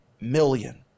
million